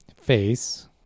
face